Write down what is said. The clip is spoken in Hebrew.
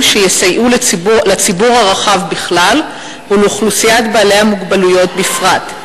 שיסייעו לציבור הרחב בכלל ולאוכלוסיית בעלי המוגבלות בפרט,